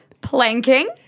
planking